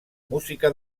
música